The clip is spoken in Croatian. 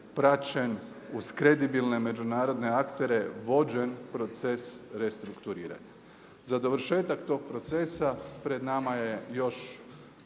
praćen uz kredibilne međunarodne aktere vođen proces restrukturiranja. Za dovršetak tog procesa pred nama je još